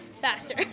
faster